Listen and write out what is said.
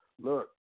look